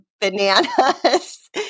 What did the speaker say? bananas